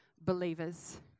believers